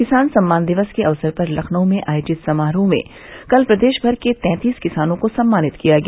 किसान सम्मान दिवस के अवसर पर लखनऊ में आयोजित समारोह में कल प्रदेश भर के तैतीस किसानों को सम्मानित किया गया